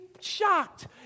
shocked